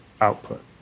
output